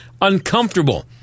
uncomfortable